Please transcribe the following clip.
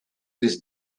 this